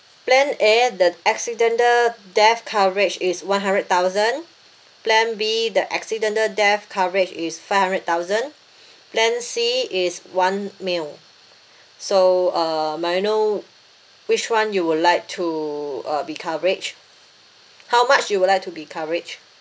plan A the accidental death coverage is one hundred thousand plan B the accidental death coverage is five hundred thousand plan C is one mil so uh may I know which [one] you would like to uh be coverage how much you would like to be coverage